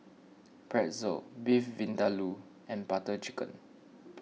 Pretzel Beef Vindaloo and Butter Chicken